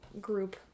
group